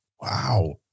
Wow